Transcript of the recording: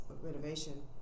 renovation